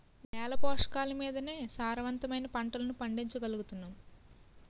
నేల పోషకాలమీదనే సారవంతమైన పంటలను పండించగలుగుతున్నాం